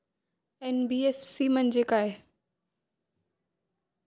NBFC म्हणजे काय?